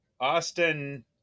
Austin